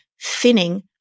thinning